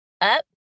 up